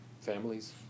families